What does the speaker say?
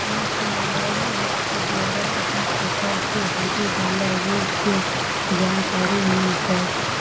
कौन सी mobile app के द्वारा अपन फसल के होबे बाला रोग के जानकारी मिलताय?